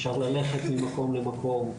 אפשר ללכת ממקום למקום,